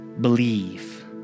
believe